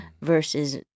versus